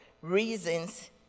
reasons